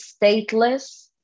stateless